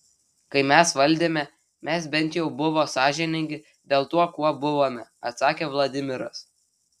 kai mes valdėme mes bent jau buvo sąžiningi dėl tuo kuo buvome atsakė vladimiras